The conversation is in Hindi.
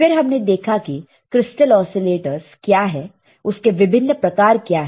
फिर हमने देखा कि क्रिस्टल ओसीलेटरस क्या है उसके विभिन्न प्रकार क्या है